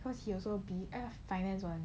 cause he also busy eh finance one